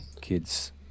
kids